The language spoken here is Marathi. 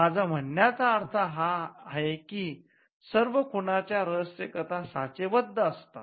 माझा म्हणण्याचा अर्थ हा आहे की सर्व खुनाच्या रहस्य कथा साचेबद्ध असतात